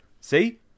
See